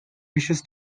wishes